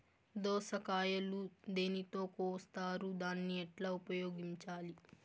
దోస కాయలు దేనితో కోస్తారు దాన్ని ఎట్లా ఉపయోగించాలి?